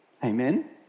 Amen